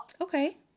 Okay